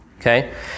okay